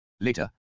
Later